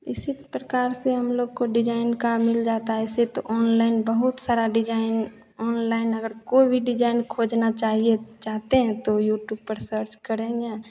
उसी प्रकार से हम लोग को डिजाइन का मिल जाता है ऐसे तो ऑनलाइन बहुत सारा डिजाइन ऑनलाइन अगर कोई भी डिजाइन खोजना चाहिए चाहते हैं तो यूट्यूब पर सर्च करेंगे